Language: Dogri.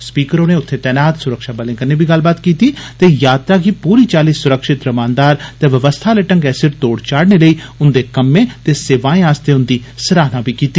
स्पीकर होरे उत्थे तैनात सुरक्षा बले कन्नै बी गल्लबात कीती ते यात्रा गी पूरी चाली सुरक्षित रमानदार ते व्यवस्था आले ढंगै सिर तोड़ चाढ़ने लेई उन्दे कम्में ते सेवाए आस्तै उन्दी सराहना बी कीती